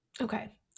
Okay